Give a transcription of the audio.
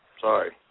sorry